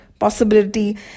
possibility